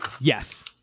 Yes